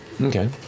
Okay